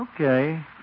Okay